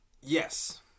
yes